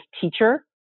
teacher